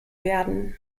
werden